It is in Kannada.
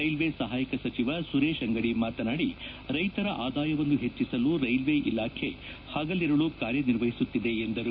ರೈಲ್ವೆ ಸಹಾಯಕ ಸಚಿವ ಸುರೇಶ್ ಅಂಗಡಿ ಮಾತನಾದಿ ರೈತರ ಆದಾಯವನ್ನು ಹೆಚ್ಚಿಸಲು ರೈಲ್ವೆ ಇಲಾಖೆ ಹಗಲಿರುಳು ಕಾರ್ಯನಿರ್ವಹಿಸುತ್ತಿದೆ ಎಂದರು